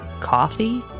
Coffee